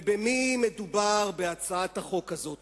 ובמי מדובר בהצעת החוק הזו?